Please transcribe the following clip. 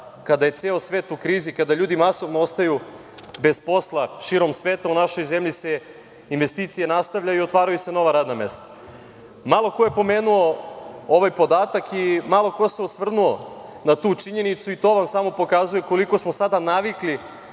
kada je ceo svet u krizi, kada ljudi masovno ostaju bez posla širom sveta, u našoj zemlji se investicije nastavljaju i otvaraju se nova radna mesta. Malo ko je pomenuo ovaj podatak i malo ko se osvrnuo na tu činjenicu i to vam samo pokazuje koliko smo sada navikli